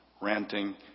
ranting